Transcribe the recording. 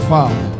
Father